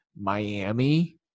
Miami